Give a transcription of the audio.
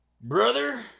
Brother